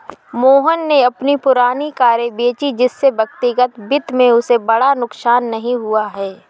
मोहन ने अपनी पुरानी कारें बेची जिससे व्यक्तिगत वित्त में उसे बड़ा नुकसान नहीं हुआ है